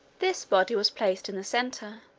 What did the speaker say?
this body was placed in the center.